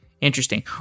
Interesting